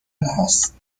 هست